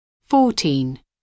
Fourteen